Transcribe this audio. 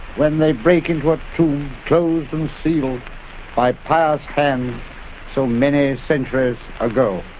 when they break into a tomb closed and sealed by pious hands so many centuries ago.